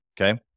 Okay